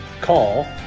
call